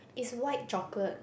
is white chocolate